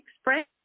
express